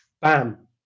bam